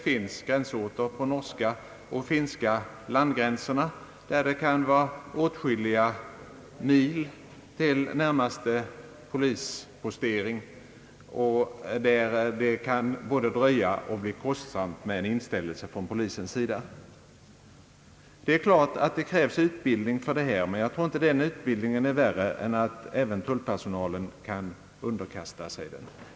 Vid gränserna mot Norge och Finland kan det vara åtskilliga mil till närmaste polispostering, och där kan det både dröja och bli kostsamt med en inställelse från polisens sida. Det är klart att det krävs utbildning för den här verksamheten. Men jag tror inte att den behöver vara mer omfattande än att tullpersonalen skall kunna underkasta sig den.